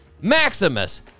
Maximus